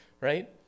right